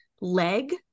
leg